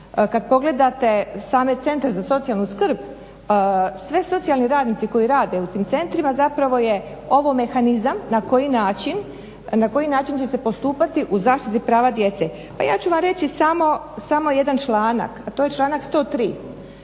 Kad pogledate same centre za socijalnu skrb, svi socijalni radnici koji rade u tim centrima zapravo je ovo mehanizam na koji način će se postupati u zaštiti prava djece. Pa ja ću vam reći samo jedan članak, a to je članak 103.